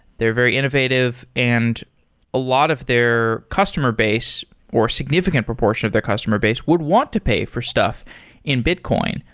they're very innovative and a lot of their customer base, or significant proportion of their customer base would want to pay for stuff in bitcoin,